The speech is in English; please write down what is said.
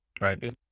Right